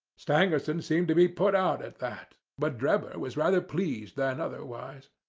stangerson seemed to be put out at that, but drebber was rather pleased than otherwise.